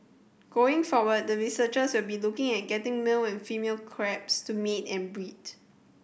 going forward the researchers will be looking at getting male and female crabs to mate and breed